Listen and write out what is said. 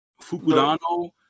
Fukudano